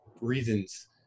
reasons